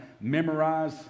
memorize